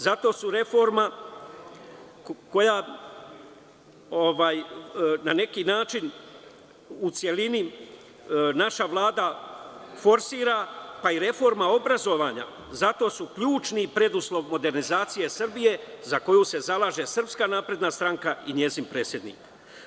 Zato su reforme koje na neki način u celini, naša Vlada forsira, pa i reforma obrazovanja i zato su ključni preduslovi modernizacije Srbije za koju se zalaže SNS i njen predsednik.